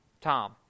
tom